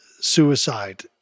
suicide